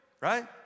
right